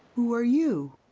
who are you?